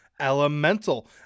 Elemental